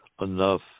enough